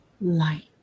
light